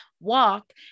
walk